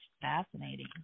fascinating